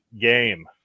game